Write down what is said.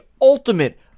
ultimate